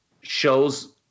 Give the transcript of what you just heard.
shows